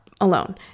alone